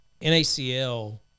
NACL